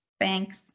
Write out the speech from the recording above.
Thanks